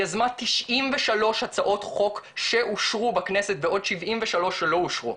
היא יזמה 93 הצעות חוק שאושרו בכנסת ועוד 73 שלא אושרו,